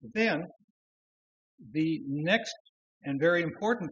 then the next and very important